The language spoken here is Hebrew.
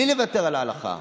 בלי לוותר על ההלכה.